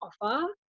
offer